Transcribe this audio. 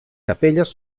capelles